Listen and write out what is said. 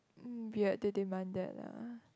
um weird they demanded lah